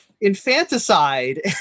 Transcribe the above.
infanticide